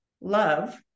love